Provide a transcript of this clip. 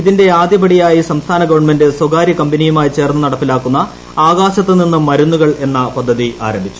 ഇതിന്റെ ആദ്യപടിയായി സംസ്ഥാന ഗവൺമെന്റ് സ്ഥകാര്യ കമ്പനിയുമായി ചേർന്ന് നടപ്പിലാക്കുന്ന ആകാശത്ത് നിന്ന് മരുന്നുകൾ എന്ന പദ്ധതി ആരംഭിച്ചു